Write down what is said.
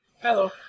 Hello